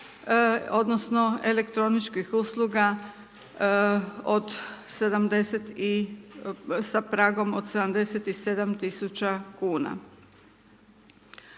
odnosno elektroničkih usluga od 70 i, sa pragom od 77 tisuća kuna.